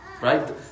Right